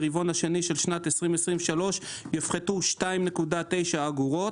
ברבעון השני של שנת 2023 יופחתו 2.9 אגורות,